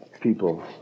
people